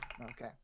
Okay